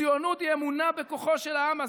ציונות היא אמונה בכוחו של העם הזה,